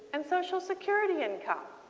and social security income.